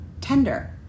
tender